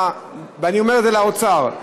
ואני אומר לאוצר,